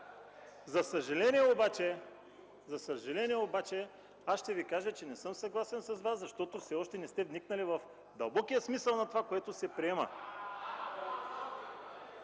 За съжаление обаче, аз ще Ви кажа, че не съм съгласен с Вас, защото все още не сте вникнали в дълбокия смисъл на това, което се приема.